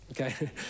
Okay